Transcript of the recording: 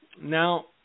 Now